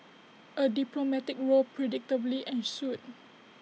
A diplomatic row predictably ensued